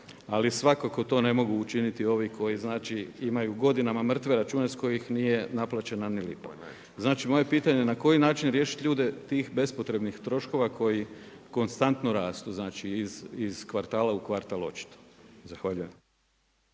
ali svakako to ne mogu učiniti ovi koji znači, imaju godinama mrtve račune s kojih nije naplaćena ni lipa. Znači, moje pitanje na koji način riješiti ljude tih bespotrebnih troškova koji konstantno rastu? Znači, iz kvartala u kvartala, očito. Zahvaljujem.